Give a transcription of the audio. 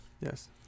Yes